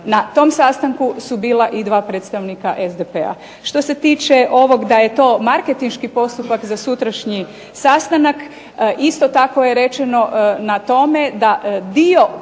Na tom sastanku su bila i dva predstavnika SDP-a. Što se tiče ovog da je to marketinški postupak za sutrašnji sastanak, isto tako je rečeno na tome da dio